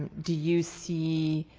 do you see